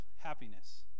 happiness